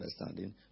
understanding